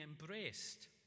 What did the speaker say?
embraced